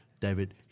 David